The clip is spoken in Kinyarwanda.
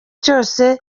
cyose